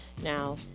Now